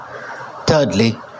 Thirdly